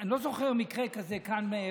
אני לא זוכר מקרה כזה כאן בכנסת.